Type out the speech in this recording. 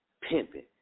pimping